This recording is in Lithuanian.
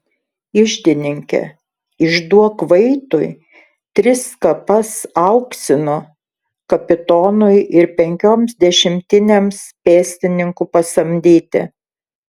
iždininke išduok vaitui tris kapas auksinų kapitonui ir penkioms dešimtinėms pėstininkų pasamdyti